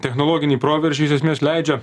technologiniai proveržiai iš esmės leidžia